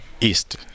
East